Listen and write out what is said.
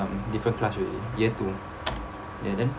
um different class already year two ya then